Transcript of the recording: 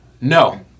no